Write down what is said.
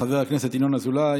תודה רבה לחבר הכנסת ינון אזולאי.